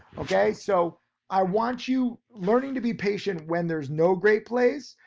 okay, so i want you learning to be patient when there's no great plays.